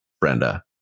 Brenda